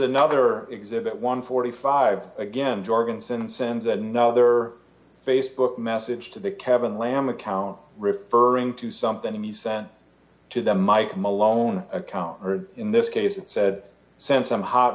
another exhibit one hundred and forty five again jorgensen sends another facebook message to the kevin lam account referring to something he sent to them mike malone countered in this case it said send some hot